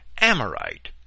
Amorite